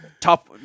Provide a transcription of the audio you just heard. top